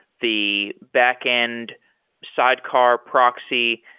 the backend sidecar proxy.